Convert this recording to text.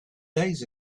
days